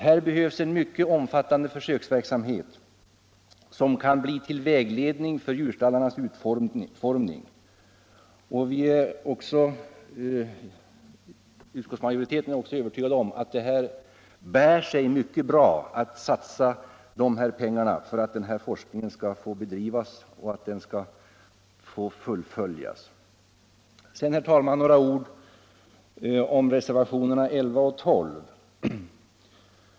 Här behövs en mycket omfattande försöksverksamhet som kan bli till vägledning för djurstallarnas utformning. Utskottsmajoriteten är också övertygad om att det bär sig mycket bra att satsa pengar för att den här forskningen skall få bedrivas och fullföljas. Sedan, herr talman, några ord om reservationerna 11 och 12.